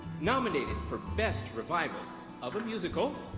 nominated for best revival of a musical,